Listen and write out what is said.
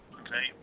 okay